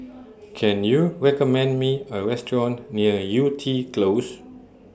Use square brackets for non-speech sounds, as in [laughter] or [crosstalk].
[noise] Can YOU recommend Me A Restaurant near Yew Tee Close